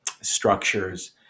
structures